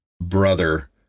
brother